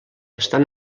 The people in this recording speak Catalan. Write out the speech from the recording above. estan